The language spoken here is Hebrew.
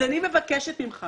אני מבקשת ממך